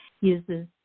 uses